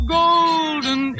golden